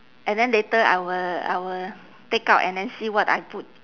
and then later I will I will take out and then see what I put